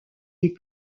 les